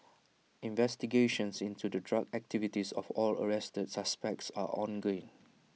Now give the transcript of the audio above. investigations into the drug activities of all arrested suspects are ongoing